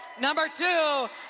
number two,